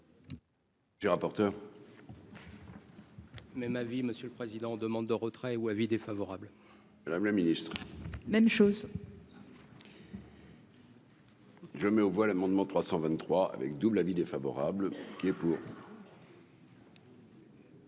J'ai rapporteur. Même avis monsieur le président, demande de retrait ou avis défavorable. Le ministre, même chose. Je mets aux voix l'amendement 323 avec double avis défavorable qui est pour.